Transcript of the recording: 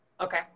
Okay